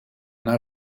naar